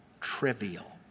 trivial